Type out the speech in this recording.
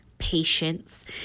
patience